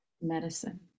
medicine